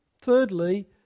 thirdly